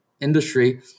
industry